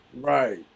Right